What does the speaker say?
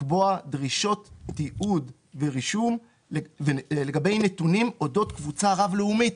לקבוע דרישות תיעוד ורישום לגבי נתונים אודות קבוצה רב לאומית,